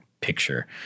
picture